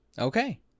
Okay